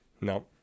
No